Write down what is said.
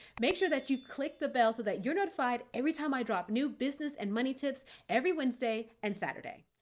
make sure that you click the bell so that you're notified every time i drop new business and money tips every wednesday and saturday.